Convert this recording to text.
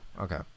okay